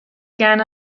gern